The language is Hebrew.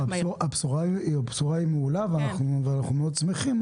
הבשורה היא מעולה ואנחנו מאוד שמחים,